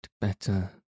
better